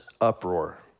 uproar